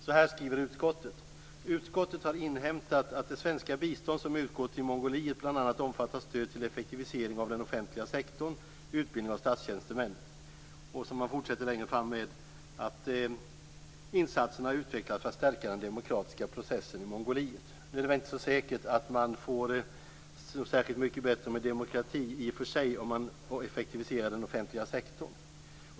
Så här skriver utskottet: "Utskottet har inhämtat att det svenska bistånd som utgår till Mongoliet bl.a. omfattar stöd till effektivisering av den offentliga sektorn, utbildning av statstjänstemän ." Man fortsätter längre fram med att: "Insatserna har utvecklats för att stärka den demokratiska processen i Mongoliet". Nu är det väl inte så säkert att man får en särskilt mycket bättre demokrati i och för sig om man effektiviserar den offentliga sektorn.